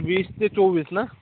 वीस ते चोवीस ना